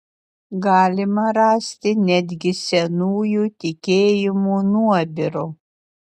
galima rasti netgi senųjų tikėjimų nuobirų